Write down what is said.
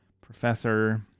Professor